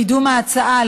קידום ההצעה.